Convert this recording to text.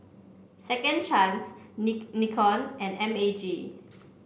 Second Chance Nikon and M A G